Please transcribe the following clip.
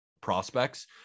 prospects